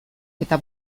eta